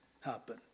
happen